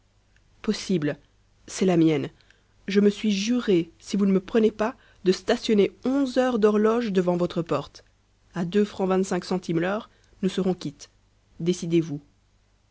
possible c'est la mienne je me suis juré si vous ne me prenez pas de stationner onze heures d'horloge devant votre porte à deux francs vingt-cinq centimes l'heure